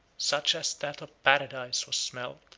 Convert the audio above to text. such as that of paradise, was smelt,